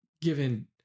given